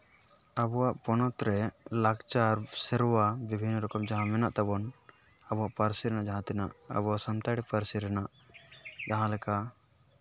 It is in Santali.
ᱟᱵᱚᱣᱟᱜ ᱯᱚᱱᱚᱛ ᱨᱮ ᱞᱟᱠᱪᱟᱨ ᱥᱮᱨᱣᱟ ᱵᱤᱵᱷᱤᱱᱱᱚ ᱨᱚᱠᱚᱢ ᱡᱟᱦᱟᱸ ᱢᱮᱱᱟᱜ ᱛᱟᱵᱚᱱ ᱟᱵᱚ ᱯᱟᱹᱨᱥᱤ ᱨᱮᱱᱟᱜ ᱡᱟᱦᱟᱸ ᱛᱤᱱᱟᱹᱜ ᱟᱵᱚᱣᱟᱜ ᱥᱟᱱᱛᱟᱲᱤ ᱯᱟᱹᱨᱥᱤ ᱨᱮᱱᱟᱜ ᱡᱟᱦᱟᱸ ᱞᱮᱠᱟ